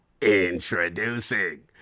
Introducing